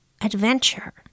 adventure